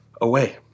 away